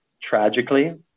tragically